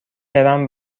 برم